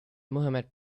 mohamed